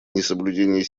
несоблюдение